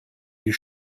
you